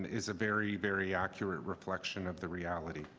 is a very very accurate reflection of the reality.